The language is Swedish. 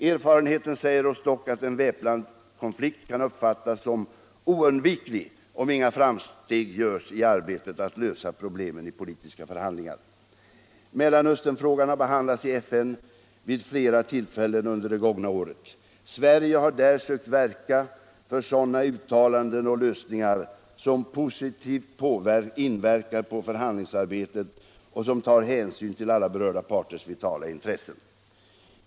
Erfarenheten säger oss dock att en väpnad konflikt kan uppfattas som oundviklig om inga framsteg görs i arbetet att lösa problemen i politiska förhandlingar. Mellanösternfrågan har behandlats i FN vid flera tillfällen under det gångna året. Sverige har där sökt verka för sådana uttalanden och lösningar som positivt inverkar på förhandlingsarbetet och som tar hänsyn till alla berörda parters vitala intressen.